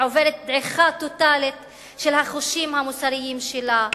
היא עוברת דעיכה טוטלית של החושים המוסריים שלה,